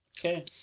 Okay